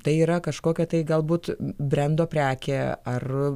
tai yra kažkokio tai galbūt brendo prekė ar